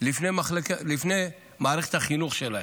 לפני מערכת החינוך שלהם.